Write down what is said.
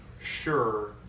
sure